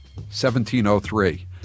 1703